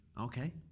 Okay